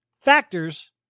factors